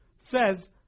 says